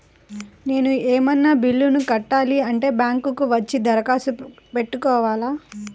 నేను ఏమన్నా బిల్లును కట్టాలి అంటే బ్యాంకు కు వచ్చి దరఖాస్తు పెట్టుకోవాలా?